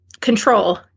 control